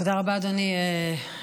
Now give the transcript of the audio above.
תודה רבה, אדוני היושב-ראש.